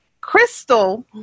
Crystal